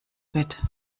bett